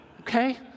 Okay